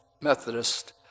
Methodist